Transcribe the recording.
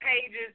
pages